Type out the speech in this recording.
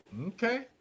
Okay